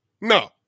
no